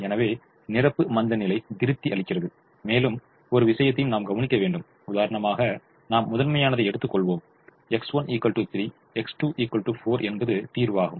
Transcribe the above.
எனவே நிரப்பு மந்தநிலை திருப்தி அளிக்கிறது மேலும் ஒரு விஷயத்தையும் நாம் கவனிக்க வேண்டும் உதாரணமாக நாம் முதன்மையானதை எடுத்துக் கொள்வோம் X1 3 X2 4 என்பது தீர்வாகும்